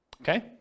Okay